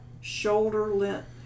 shoulder-length